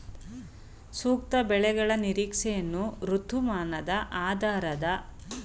ಸೂಕ್ತ ಬೆಳೆಗಳ ನಿರೀಕ್ಷೆಯನ್ನು ಋತುಮಾನದ ಆಧಾರದ ಮೇಲೆ ಅಂತಿಮ ಮಾಡಬಹುದೇ?